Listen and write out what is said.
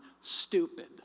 stupid